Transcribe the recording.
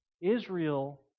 Israel